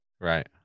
Right